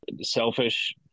selfish